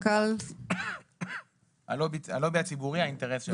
אני מנכ"ל הלובי הציבורי - האינטרס שלנו.